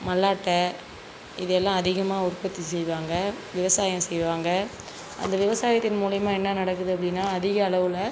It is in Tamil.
மல்லாட்டை இது எல்லாம் அதிகமாக உற்பத்தி செய்வாங்க விவசாயம் செய்வாங்க அந்த விவசாயத்தின் மூலியமா என்ன நடக்குது அப்படின்னா அதிகளவில்